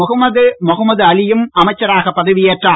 முகமது மொகமுது அலி யும் அமைச்சராக பதவியேற்றார்